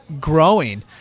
growing